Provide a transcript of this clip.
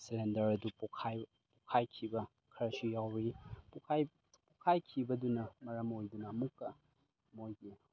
ꯁꯤꯂꯤꯟꯗꯔꯗꯨ ꯄꯣꯈꯥꯏꯈꯤꯕ ꯈꯔꯁꯨ ꯌꯥꯎꯏ ꯄꯣꯈꯥꯏꯈꯤꯕꯗꯨꯅ ꯃꯔꯝ ꯑꯣꯏꯗꯨꯅ ꯑꯃꯨꯛꯀ ꯃꯣꯏꯒꯤ